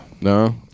no